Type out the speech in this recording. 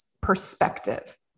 perspective